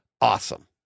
awesome